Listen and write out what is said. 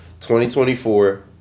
2024